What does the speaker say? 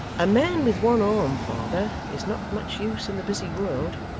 a man with one arm, father, is not of much use in the busy world